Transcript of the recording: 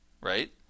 right